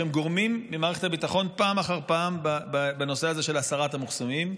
בשם גורמים ממערכת הביטחון פעם אחר פעם בנושא הזה של הסרת המחסומים.